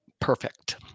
perfect